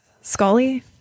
Scully